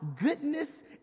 goodness